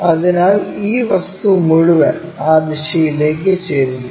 അതിനാൽ ഈ വസ്തു മുഴുവൻ ആ ദിശയിലേക്ക് ചരിഞ്ഞു